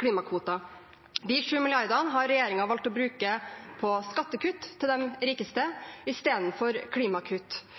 klimakvoter. De 7 mrd. kr har regjeringen valgt å bruke til skattekutt til de rikeste i stedet for til klimakutt.